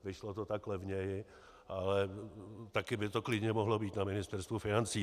Vyšlo to tak levněji, ale taky by to klidně mohlo být na Ministerstvu financí.